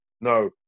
no